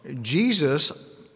Jesus